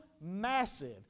massive